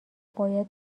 باید